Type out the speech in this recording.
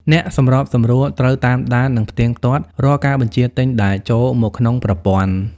អ្នកសម្របសម្រួលត្រូវតាមដាន និងផ្ទៀងផ្ទាត់រាល់ការបញ្ជាទិញដែលចូលមកក្នុងប្រព័ន្ធ។